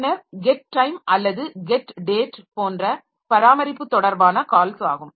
பின்னர் get time அல்லது get date போன்ற பராமரிப்பு தொடர்பான கால்ஸ் ஆகும்